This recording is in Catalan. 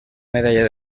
medalla